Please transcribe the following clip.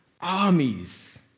armies